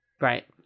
right